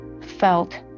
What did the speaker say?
felt